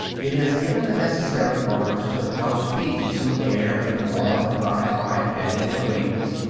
it has given the necessary orders to the house-bees who air and warm the hive by fanning their wings,